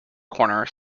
corner